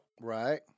Right